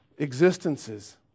Existences